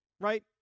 right